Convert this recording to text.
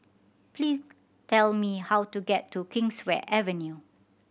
please tell me how to get to Kingswear Avenue